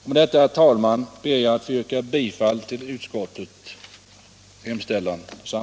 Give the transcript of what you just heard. Med detta, herr talman, ber jag att få yrka bifall till utskottets hemställan på samtliga punkter.